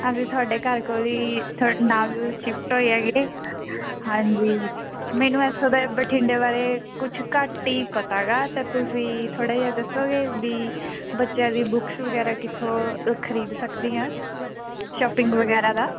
ਅਸੀਂ ਤੁਹਾਡੇ ਘਰ ਕੋਲ ਹੀ ਤੁਹਾਡੇ ਨਾਲ ਸ਼ਿਫਟ ਹੋਏ ਹੈਗੇ ਹਾਂਜੀ ਮੈਨੂੰ ਇੱਥੋਂ ਦੇ ਬਠਿੰਡੇ ਬਾਰੇ ਕੁਛ ਘੱਟ ਹੀ ਪਤਾ ਗਾ ਤਾਂ ਤੁਸੀਂ ਥੋੜ੍ਹਾ ਜਿਹਾ ਦੱਸੋਗੇ ਵੀ ਬੱਚਿਆਂ ਦੀ ਬੁੱਕਸ ਵਗੈਰਾ ਕਿੱਥੋਂ ਖਰੀਦ ਸਕਦੇ ਹਾਂ ਸ਼ੋਪਿੰਗ ਵਗੈਰਾ ਦਾ